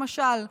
למשל,